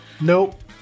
Nope